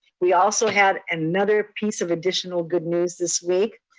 we also had another piece of additional good news this week.